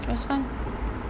it was fun